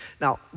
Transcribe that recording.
Now